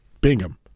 Bingham